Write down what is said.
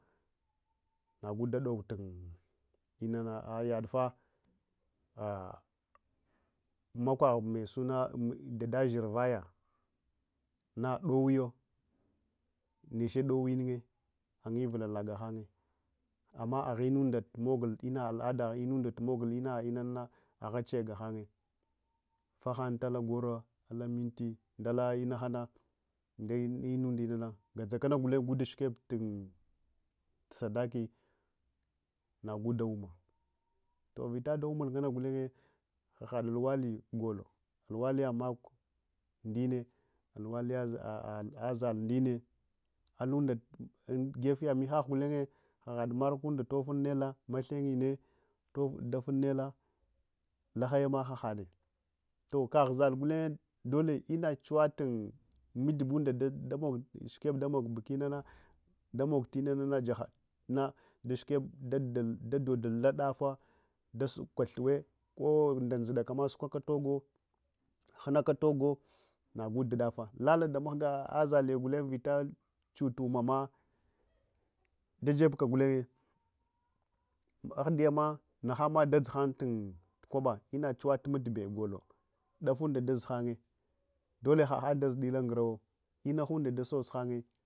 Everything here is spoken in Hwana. Nagu dadow tun inana yadfah ali makwaha mesuna, ɗaɗashir vayana ɗaiyo niche ɗowuyunye agivulala gahan amma aghinunɗa mogul ina’ apaɗa ina inana ahache gahany vahantala koro, tala minti ndale inahana nda’ inunde inane gudza kanaɗashkeb nda saɗaki nagu da’ummah toh’ vitaɗa ummul nganna gulenye hahad luwali gole luwaliya makwa nɗinne luwaliyadth zalled ndinne alunda unjefeya mihah gulenye ahad marakunda tufun nela maghenyene daf innela lahayama hahade who, kah zal gulenye dole inachuwat mugibunɗa shikeb ɗamogbikinana ɗajahava unɗe dadodul dafah dasuko hewe ko nɗa ɗzudaka sukakalu wnga, hunakatu wogo nagu dudafah, laladamaghga zalliya gulenye chutumama ɗaɗebka gulenye ahəryama nahanma dadzuhan kwaba ina chuwatu magibe hahan daztu dila ngurawo inahunda dasos hangye.